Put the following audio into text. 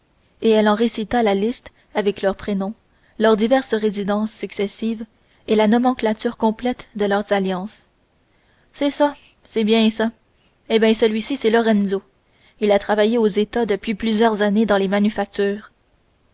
et elle en récita la liste avec leurs prénoms leurs résidences successives et la nomenclature complète de leurs alliances c'est ça cest bien ça eh bien celui-ci c'est lorenzo il travaille aux états depuis plusieurs années dans les manufactures